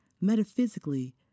Metaphysically